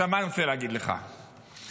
זה לא היה קורה.